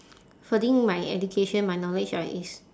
furthering my education my knowledge ah is